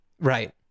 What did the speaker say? Right